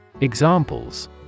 Examples